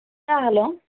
hello